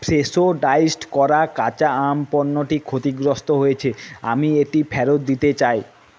Fresho diced করা কাঁচা আম পণ্যটি ক্ষতিগ্রস্ত হয়েছে আমি এটি ফেরত দিতে চাই